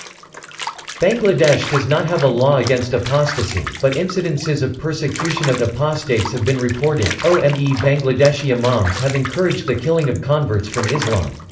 bangladesh does not have a law against apostasy, but incidences of persecution of apostates have been reported. ome bangladeshi imams have encouraged the killing of converts from islam.